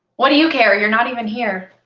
what do you care? you're not even here.